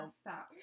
stop